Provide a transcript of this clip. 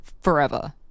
forever